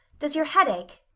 does your head ache?